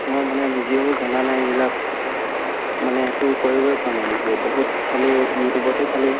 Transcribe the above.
মই মানে নিজেও জনা নাই এইবিলাক মানে একো কৰিবইপৰা নাই নিজেও বহুত চালোঁ ইউটিউবতো চালোঁ